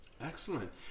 Excellent